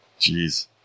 Jeez